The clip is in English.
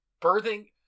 Birthing